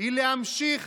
היא להמשיך